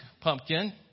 pumpkin